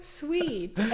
sweet